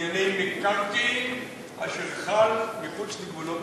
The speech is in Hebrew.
בענייני מקרקעין אשר חל מחוץ לגבולות ישראל.